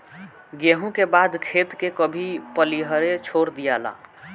गेंहू के बाद खेत के कभी पलिहरे छोड़ दियाला